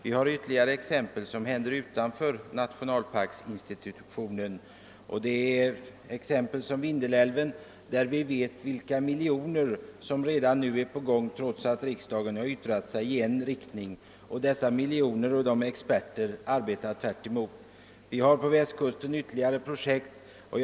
Vi har ytterligare exempel som inte är hämtade från nationalparksinstitutionen, exempel såsom Vindelälven; vi vet ju att miljoner har satts i rullning och experter börjat arbeta tvärt emot riksdagens beslut. Vi har ytterligare projekt på Västkusten.